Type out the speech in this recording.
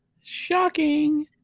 shocking